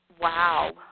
wow